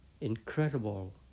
incredible